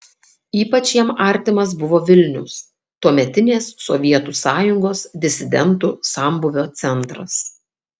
ypač jam artimas buvo vilnius tuometinės sovietų sąjungos disidentų sambūvio centras